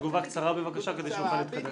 תגובה קצרה בבקשה כדי שנוכל להתקדם.